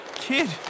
Kid